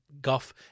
guff